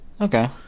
okay